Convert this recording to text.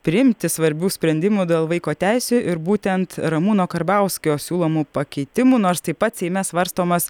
priimti svarbių sprendimų dėl vaiko teisių ir būtent ramūno karbauskio siūlomų pakeitimų nors taip pat seime svarstomas